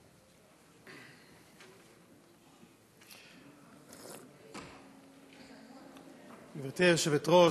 גברתי היושבת-ראש,